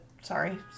Sorry